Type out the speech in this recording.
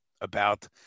about-